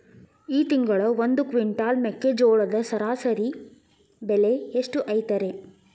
ಈ ತಿಂಗಳ ಒಂದು ಕ್ವಿಂಟಾಲ್ ಮೆಕ್ಕೆಜೋಳದ ಸರಾಸರಿ ಬೆಲೆ ಎಷ್ಟು ಐತರೇ?